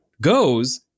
goes